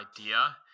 idea